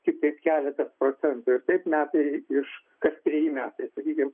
tiktai keletą procentų ir taip metai iš kas treji metai sakykim